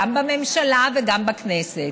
גם בממשלה וגם בכנסת.